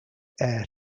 air